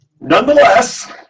Nonetheless